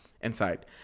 inside